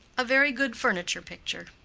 a very good furniture picture.